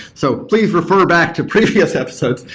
so please refer back to previous episodes.